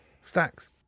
Stacks